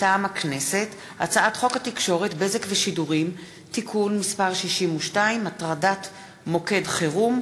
מטעם הממשלה: הצעת חוק שכר מינימום (העלאת סכומי שכר מינימום,